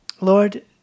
Lord